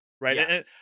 right